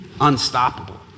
Unstoppable